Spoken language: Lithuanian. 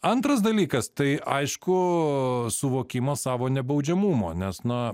antras dalykas tai aišku suvokimas savo nebaudžiamumo nes na